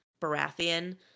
baratheon